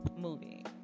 movie